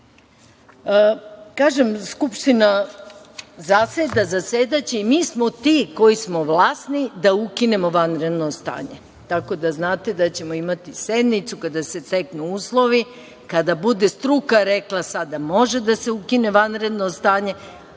Skupština zaseda, zasedaće i mi smo ti koji smo vlasni da ukinemo vanredno stanje. Tako da znate da ćemo imati sednicu kada se steknu uslovi, kada bude struka rekla da sada može da se ukine vanredno stanje,